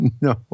No